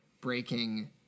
breaking